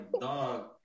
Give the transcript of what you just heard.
dog